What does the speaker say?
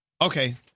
Okay